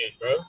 bro